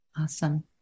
Awesome